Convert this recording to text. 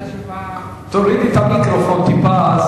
התושבים או הדיירים לא נפגעו מזה,